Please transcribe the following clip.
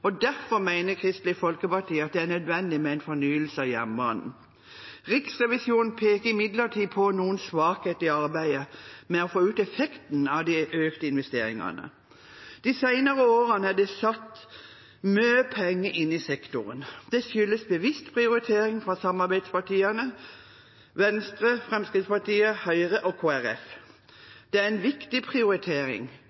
og derfor mener Kristelig Folkeparti at det er nødvendig med en fornyelse av jernbanen. Riksrevisjonen peker imidlertid på noen svakheter i arbeidet med å få ut effekten av de økte investeringene. De senere årene er det satt mye penger inn i sektoren. Det skyldes bevisst prioritering fra samarbeidspartiene – Venstre, Fremskrittspartiet, Høyre og